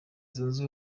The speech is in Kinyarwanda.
zunze